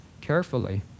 carefully